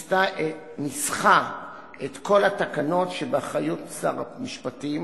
ניסחה את כל התקנות שבאחריות שר המשפטים